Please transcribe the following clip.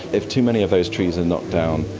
if too many of those trees are knocked down,